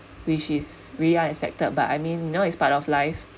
which is really unexpected but I mean you know it's part of life